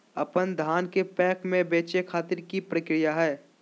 अपन धान के पैक्स मैं बेचे खातिर की प्रक्रिया हय?